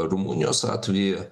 rumunijos atvejį